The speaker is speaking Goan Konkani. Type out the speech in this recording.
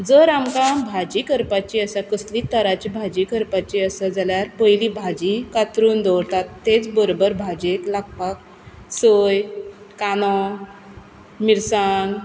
जर आमकां भाजी करपाची आसा कसलीच तराची भाजी करपाची आसत जाल्यार पयलीं भाजी कातरून दवरतात तेंच बरोबर भाजयेक लागपाक सोय कांदो मिरसांग